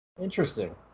interesting